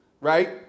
right